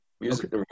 Music